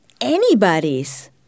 anybody's